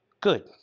good